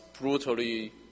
brutally